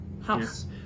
house